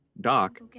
Doc